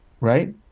right